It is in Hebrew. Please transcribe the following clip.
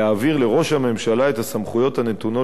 להעביר לראש הממשלה את הסמכויות הנתונות